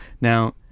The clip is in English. now